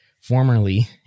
formerly